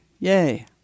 Yay